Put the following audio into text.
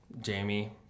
Jamie